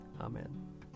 Amen